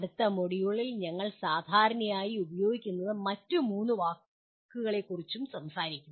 അടുത്ത മൊഡ്യൂളിൽ ഞങ്ങൾ സാധാരണയായി ഉപയോഗിക്കുന്ന മറ്റ് മൂന്ന് വാക്കുകളെക്കുറിച്ചും സംസാരിക്കും